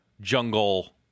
jungle